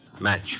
match